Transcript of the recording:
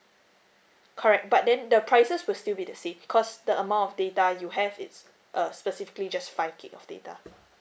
correct but then the prices will still be the same cause the amount of data you have it's err specifically just five G_B of data